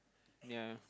ya